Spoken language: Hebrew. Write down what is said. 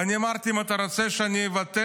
ואני אמרתי: אם אתה רוצה שאבטל,